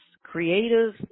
creative